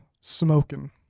Smoking